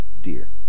dear